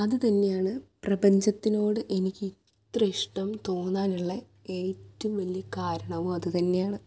അത് തന്നെയാണ് പ്രപഞ്ചത്തിനോട് എനിക്ക് ഇത്ര ഇഷ്ടം തോന്നാനുള്ള ഏറ്റവും വലിയ കാരണവും അത് തന്നെയാണ്